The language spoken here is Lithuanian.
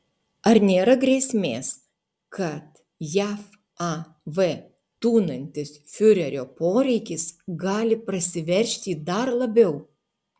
ar nėra grėsmės kad jav tūnantis fiurerio poreikis gali prasiveržti dar labiau